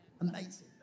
amazing